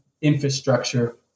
infrastructure